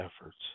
efforts